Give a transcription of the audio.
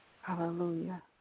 Hallelujah